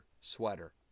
sweater